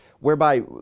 whereby